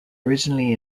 originally